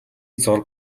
зураг